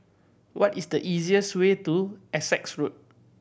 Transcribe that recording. what is the easiest way to Essex Road